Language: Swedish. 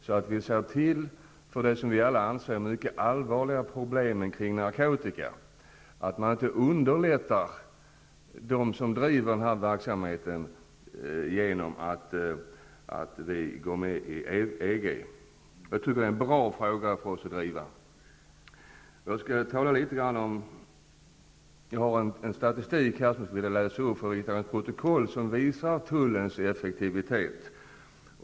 Vi måste se till att lösa dessa som vi alla anser mycket allvarliga problem kring narkotika. Vi skall inte underlätta för dem som driver denna verksamhet genom att vi går med i EG. Jag tycker att det är en bra fråga för oss att driva. Jag har här en statistik som jag vill läsa upp för riksdagens protokoll som visar tullens effektivitet.